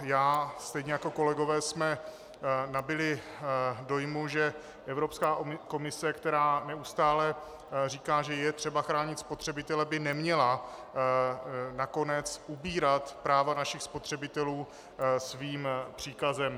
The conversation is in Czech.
Já stejně jako kolegové jsme nabyli dojmu, že Evropská komise, která neustále říká, že je třeba chránit spotřebitele, by neměla nakonec ubírat práva našich spotřebitelů svým příkazem.